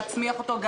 להצמיח אותו,